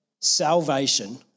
salvation